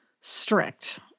strict